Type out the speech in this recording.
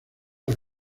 las